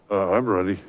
i'm ready.